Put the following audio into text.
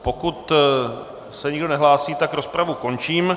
Pokud se nikdo nehlásí, tak rozpravu končím.